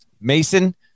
Mason